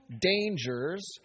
dangers